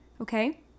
okay